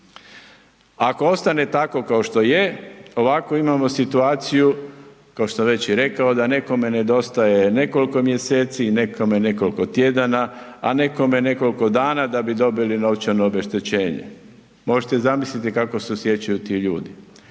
Ako ostane tako kao što je, ovakvu imamo situaciju, kao što sam već i rekao, da nekome nedostaje nekoliko mjeseci, nekome nekoliko tjedana, a nekome nekoliko dana da bi dobili novčano obeštećenje, možete zamisliti kako se osjećaju ti ljudi,